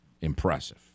impressive